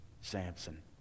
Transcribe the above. Samson